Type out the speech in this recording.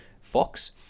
fox